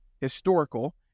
historical